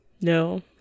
No